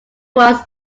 was